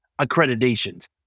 accreditations